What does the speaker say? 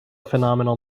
phenomenal